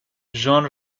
jean